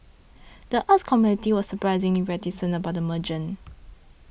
the arts community was surprisingly reticent about the merger